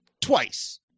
twice